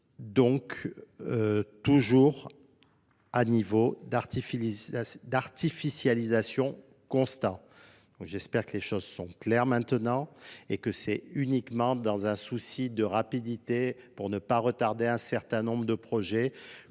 donc toujours à niveau d l'artificialisation constante j'espère que les choses que les choses sont claires maintenant et que c'est uniquement dans un souci de rapidité pour ne pas retarder un certain nombre de projets